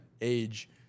age